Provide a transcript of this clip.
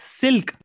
silk